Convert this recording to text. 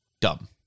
dumb